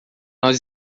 nós